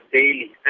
daily